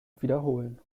wiederholen